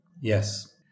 Yes